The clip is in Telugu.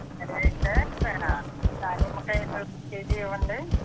సరే అయితే దానిమ్మకాయలు ఒక కేజీ ఇవ్వండి